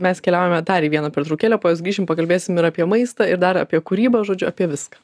mes keliaujame dar į vieną pertraukėlę po jos grįšim pakalbėsim ir apie maistą ir dar apie kūrybą žodžiu apie viską